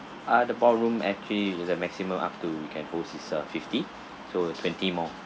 ah the ballroom actually with a maximum up to we can host is uh fifty so twenty more